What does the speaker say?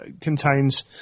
contains